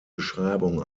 beschreibung